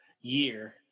year